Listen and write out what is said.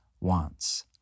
wants